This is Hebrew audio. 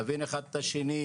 נבין אחד את השני.